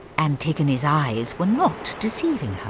antigone's eyes were not deceiving her